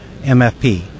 MFP